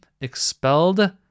expelled